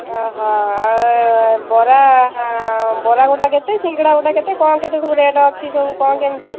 ଅ ହ ଆଉ ବରା ବରା ଗୋଟା କେତେ ସିଙ୍ଗଡ଼ା ଗୋଟା କେତେ କ'ଣ କେତେ ସବୁ ରେଟ୍ ଅଛି ସବୁ କ'ଣ କେମିତି